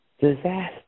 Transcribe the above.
disaster